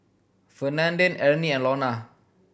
Fernand Arnie and Launa